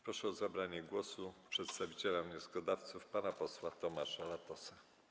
Proszę o zabranie głosu przedstawiciela wnioskodawców pana posła Tomasza Latosa.